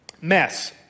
Mess